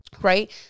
right